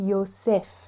Yosef